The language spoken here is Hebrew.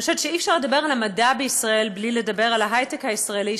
אני חושבת שאי-אפשר לדבר על המדע בישראל בלי לדבר על ההיי-טק הישראלי,